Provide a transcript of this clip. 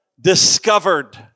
discovered